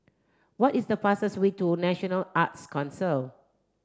what is the fastest way to National Arts Council